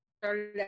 started